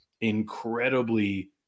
incredibly